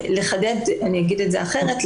אגיד את זה אחרת,